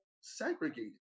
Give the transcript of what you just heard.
segregated